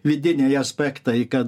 vidiniai aspektai kad